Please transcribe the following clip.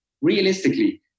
realistically